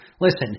Listen